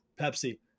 Pepsi